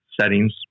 settings